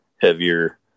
heavier